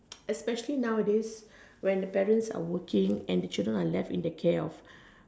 especially nowadays when the parents are working and the children are left in the care of